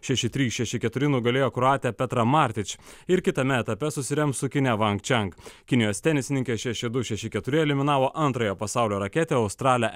šeši trys šeši keturi nugalėjo kroatę petrą martič ir kitame etape susirems su kine vang čiang kinijos tenisininkė šeši du šeši keturi eliminavo antrąją pasaulio raketę australę